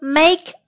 make